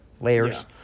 layers